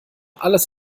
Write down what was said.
alles